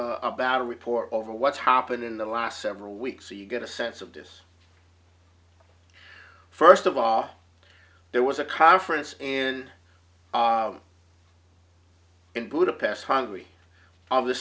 about a report over what's happened in the last several weeks so you get a sense of this first of all there was a conference in in budapest hungary of the